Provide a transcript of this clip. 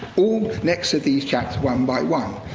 all next to these chaps one by one.